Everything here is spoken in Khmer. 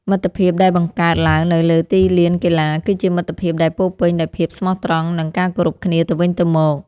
មិត្តភាពដែលបង្កើតឡើងនៅលើទីលានកីឡាគឺជាមិត្តភាពដែលពោរពេញដោយភាពស្មោះត្រង់និងការគោរពគ្នាទៅវិញទៅមក។